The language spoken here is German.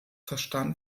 verstand